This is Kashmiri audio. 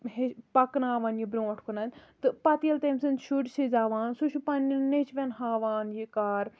ہے پَکناوان یہِ برونٛٹھ کُنَن تہٕ پَتہٕ ییٚلہِ تٔمۍ سٕنٛدۍ شُرۍ چھِ زیٚوان سُہ چھُ پَننیٚن نیٚچویٚن ہاوان یہِ کار